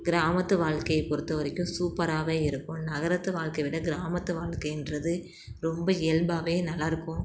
கிராமத்து வாழ்க்கையை பொறுத்த வரைக்கும் சூப்பராகவே இருக்கும் நகரத்து வாழ்க்கையை விட கிராமத்து வாழ்க்கைன்றது ரொம்ப இயல்பாகவே நல்லாயிருக்கும்